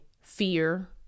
fear